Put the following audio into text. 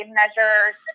measures